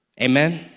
amen